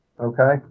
Okay